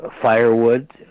firewood